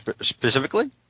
specifically